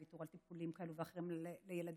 לוויתור על טיפולים כאלה ואחרים לילדים,